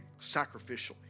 sacrificially